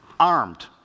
armed